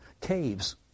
caves